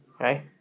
okay